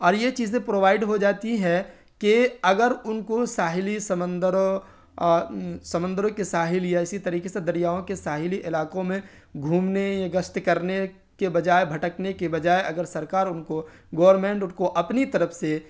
اور یہ چیزیں پرووائڈ ہو جاتی ہے کہ اگر ان کو ساحلی سمندروں سمندروں کے ساحل یا اسی طریقے سے دریاؤں کے ساحلی علاقوں میں گھومنے یا گشت کرنے کے بجائے بھٹکنے کے بجائے اگر سرکار ان کو گورنمنٹ ان کو اپنی طرف سے